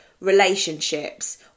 relationships